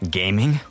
gaming